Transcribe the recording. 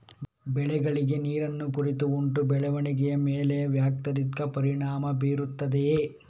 ಬೆಳೆಗಳಿಗೆ ನೀರಿನ ಕೊರತೆ ಉಂಟಾ ಬೆಳವಣಿಗೆಯ ಮೇಲೆ ವ್ಯತಿರಿಕ್ತ ಪರಿಣಾಮಬೀರುತ್ತದೆಯೇ?